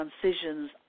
transitions